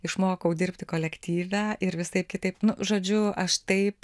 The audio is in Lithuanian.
išmokau dirbti kolektyve ir visaip kitaip nu žodžiu aš taip